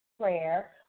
prayer